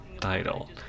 title